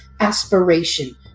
aspiration